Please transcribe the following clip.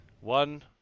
One